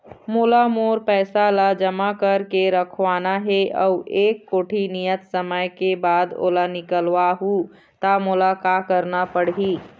मोला मोर पैसा ला जमा करके रखवाना हे अऊ एक कोठी नियत समय के बाद ओला निकलवा हु ता मोला का करना पड़ही?